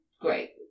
Great